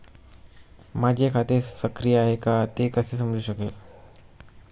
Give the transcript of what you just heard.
माझे खाते सक्रिय आहे का ते कसे समजू शकेल?